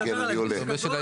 פשוט.